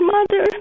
Mother